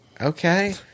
okay